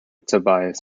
tobias